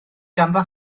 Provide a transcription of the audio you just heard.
ganddo